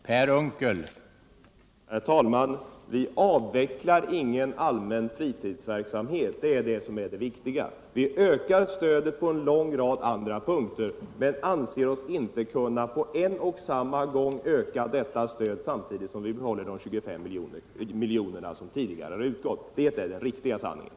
Herr talman! Vi avvecklar ingen allmän fritidsverksamhet. Det är det som är det viktiga. Vi ökar stödet på en lång rad andra punkter, men anser oss inte kunna öka detta stöd samtidigt som vi behåller de 25 milj.kr. som tidigare utgått. Det är sanningen.